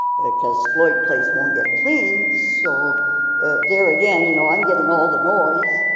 because floyd place won't get cleaned, so there again, you know, i'm getting all the noise,